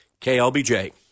KLBJ